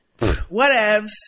Whatevs